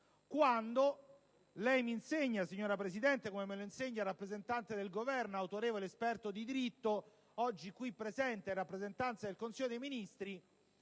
decreto? Lei mi insegna, signora Presidente - come me lo insegna il rappresentante del Governo, autorevole esperto di diritto, oggi qui presente in rappresentanza del Consiglio dei ministri